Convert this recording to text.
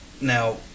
Now